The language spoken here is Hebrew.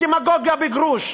דמגוגיה בגרוש,